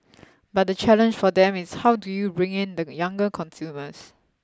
but the challenge for them is how do you bring in the younger consumers